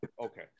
Okay